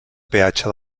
peatge